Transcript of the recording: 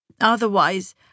Otherwise